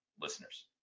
listeners